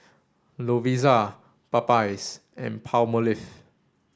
Lovisa Popeyes and Palmolive